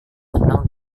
tenang